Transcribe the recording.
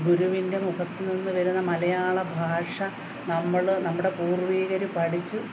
ഗുരുവിന്റെ മുഖത്ത് നിന്ന് വരുന്ന മലയാള ഭാഷ നമ്മൾ നമ്മുടെ പൂർവീകർ പഠിച്ച്